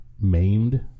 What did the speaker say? maimed